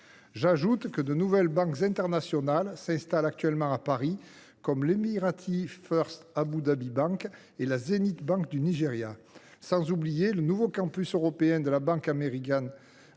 J’ajoute que de nouvelles banques internationales s’installent actuellement à Paris, comme la banque émiratie First Abu Dhabi Bank et la banque nigériane Zenith Bank, sans oublier le nouveau campus européen de la banque américaine